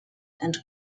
and